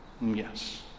Yes